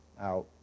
out